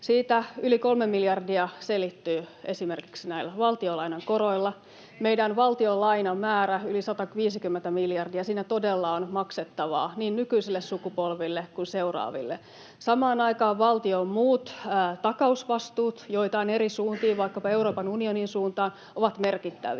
Siitä yli kolme miljardia selittyy esimerkiksi näillä valtionlainan koroilla. Meidän valtionlainan määrä on yli 150 miljardia, siinä todella on maksettavaa niin nykyisille sukupolville kuin seuraaville. Samaan aikaan valtion muut takausvastuut, joita on eri suuntiin, vaikkapa Euroopan unionin suuntaan, ovat merkittäviä.